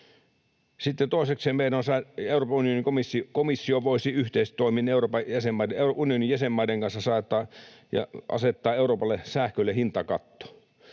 Sitten toisekseen Euroopan unionin komissio voisi yhteistoimin Euroopan unionin jäsenmaiden kanssa asettaa Euroopassa sähkölle hintakaton.